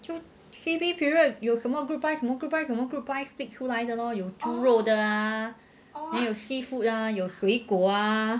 就 C_B period 有什么 group buy 什么 group buy split 出来的 lor 有猪肉的 ah 还有 seafood ah 有水果 ah